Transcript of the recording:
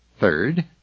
Third